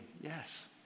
yes